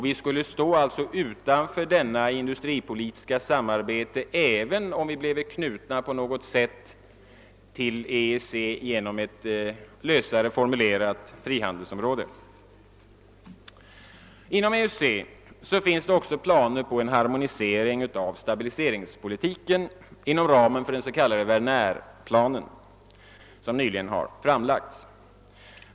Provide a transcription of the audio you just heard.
Vi skulle alltså stå utanför detta industripolitiska samarbete, även om vi bleve knutna på något sätt till EEC genom ett lösare formulerat frihandelsavtal. Inom EEC finns också planer på en harmonisering av stabiliseringspolitiken inom ramen för den s.k. Wernerplanen som nyligen har framlagts.